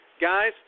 guys